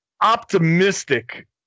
optimistic